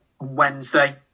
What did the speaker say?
Wednesday